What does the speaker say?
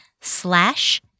slash